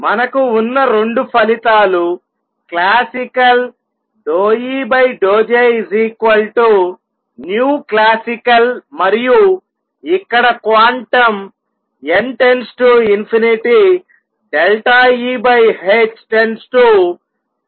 మనకు ఉన్న రెండు ఫలితాలు క్లాసికల్ ∂E∂Jclassical మరియు ఇక్కడ క్వాంటం n Eh→τclassical